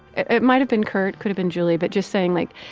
it might have been curt. could've been julia. but just saying like,